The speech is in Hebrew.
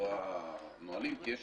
לא הנהלים - כי יש